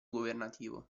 governativo